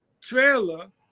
trailer